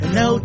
no